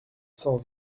cent